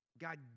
God